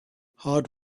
hard